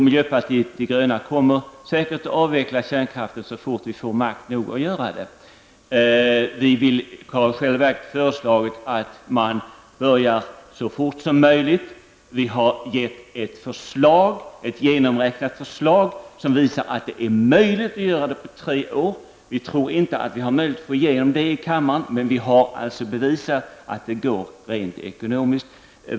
Miljöpartiet de gröna kommer säkert att avveckla kärnkraften så fort vi får makt nog att göra det. Vi har i själva verket föreslagit att man skall börja så fort som möjligt. Vi har kommit med ett genomräknat förslag som visar att det är möjligt att göra det på tre år. Vi tror inte att vi har möjlighet att få igenom det i kammaren, men vi har således bevisat att det går rent ekonomiskt.